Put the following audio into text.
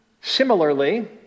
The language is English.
Similarly